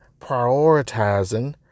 prioritizing